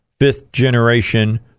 fifth-generation